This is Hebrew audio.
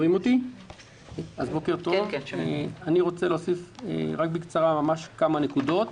אני רוצה להוסיף בקצרה כמה נקודות.